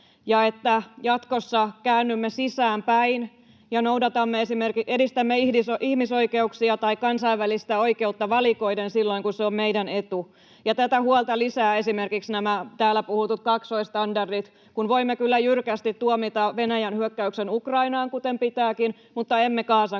jatkossa käännymme sisäänpäin ja edistämme ihmisoikeuksia tai kansainvälistä oikeutta valikoiden silloin, kun se on meidän etu. Ja tätä huolta lisäävät esimerkiksi nämä täällä puhutut kaksoisstandardit, kun voimme kyllä jyrkästi tuomita Venäjän hyökkäyksen Ukrainaan, kuten pitääkin, mutta emme Gazan